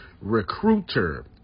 Recruiter